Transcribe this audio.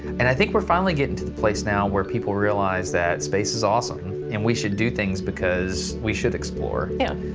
and i think we're finally getting to the place now where people realize that space is awesome and we should do things because we should explore. and